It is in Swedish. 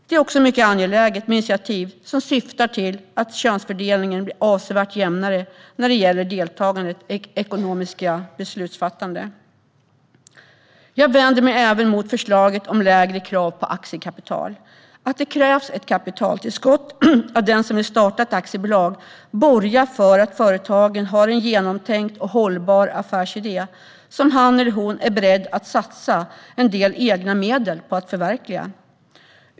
Det är också mycket angeläget med initiativ som syftar till att könsfördelningen blir avsevärt jämnare när det gäller deltagandet i ekonomiskt beslutsfattande. Jag vänder mig även mot förslaget om lägre krav på aktiekapital. Att det krävs ett kapitaltillskott av den som vill starta ett aktiebolag borgar för att företagaren har en genomtänkt och hållbar affärsidé, som han eller hon är beredd att satsa en del egna medel på för att förverkliga.